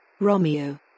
Romeo